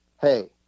hey